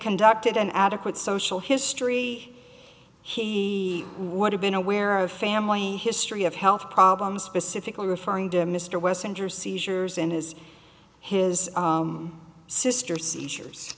conducted an adequate social history he would have been aware of family history of health problems specifically referring to mr west injures cesar's and his his sister seizures